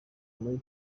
muri